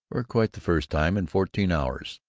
for quite the first time in fourteen hours.